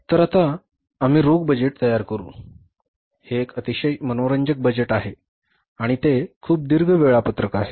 तर आता आम्ही रोख बजेट तयार करू हे एक अतिशय मनोरंजक बजेट आहे आणि ते खूप दीर्घ वेळापत्रक आहे